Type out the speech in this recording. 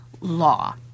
law